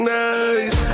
nice